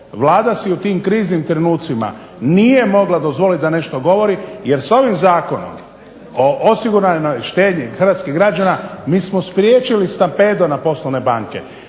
Vlada si u tim kriznim trenucima nije mogla dozvoliti da nešto govori, jer sa ovim Zakonom o osiguranoj štednji hrvatskih građana mi smo spriječi stampedo na poslovne banke.